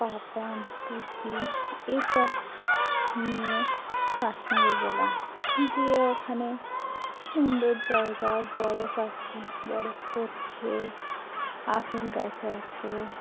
puff pant টুপি এসব নিয়ে কাশ্মীরে গেলাম গিয়ে ওখানে সুন্দর জায়গা বরফ আছে বরফ পড়ছে আপেল গাছ আছে